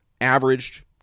averaged